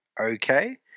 Okay